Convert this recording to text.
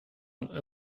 een